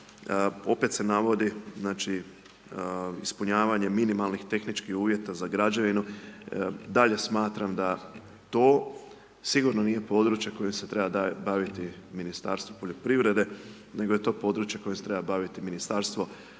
opet se navodi, znači ispunjavanje minimalnih tehničkih uvjeta za građevinu, dalje smatram da to sigurno nije područje koje se treba baviti Ministarstvo poljoprivrede nego je to područje kojim se treba baviti Ministarstvo graditeljstva